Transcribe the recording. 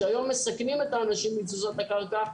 שהיום מסכנים את האנשים עם תזוזות הקרקע,